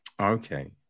Okay